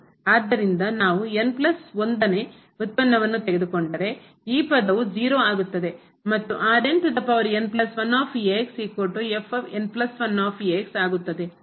ಆದ್ದರಿಂದ ನಾವು ನೇ ವ್ಯುತ್ಪನ್ನವನ್ನು ತೆಗೆದುಕೊಂಡರೆ ಈ ಪದವು 0 ಆಗುತ್ತದೆ ಮತ್ತು ಆಗುತ್ತದೆ